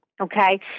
okay